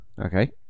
Okay